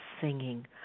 singing